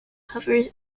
covers